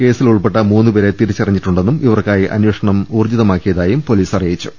കേസിലുൾപ്പെട്ട മൂന്നുപേരെ തിരിച്ചറിഞ്ഞിട്ടുണ്ടെന്നും ഇവർക്കായി അന്വേ ഷണം ശക്തമാക്കിയതായും പൊലീസ് അറിയിച്ചു